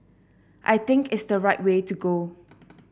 I think it's the right way to go